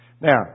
Now